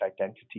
identity